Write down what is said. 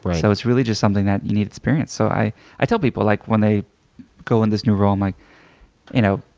so it's really just something that you need experience. so i i tell people, like when they go in this new role, i'm like you know